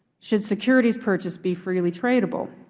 should securities purchased be freely tradable?